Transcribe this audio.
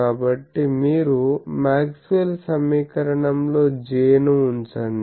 కాబట్టి మీరు మాక్స్వెల్ సమీకరణం లో J ను ఉంచండి